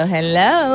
Hello